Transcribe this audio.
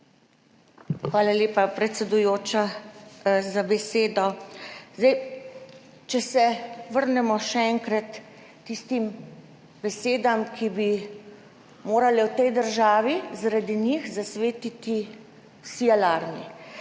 Hvala lepa, predsedujoča, za besedo. Zdaj če se vrnemo še enkrat k tistim besedam, ki bi morale v tej državi zaradi njih zasvetiti vsi alarmi.